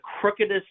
crookedest